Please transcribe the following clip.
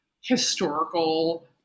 historical